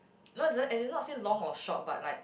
no as in not say long or short but like